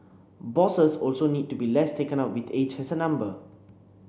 bosses also need to be less taken up with age as a number